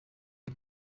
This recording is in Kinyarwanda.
iyi